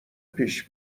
پیش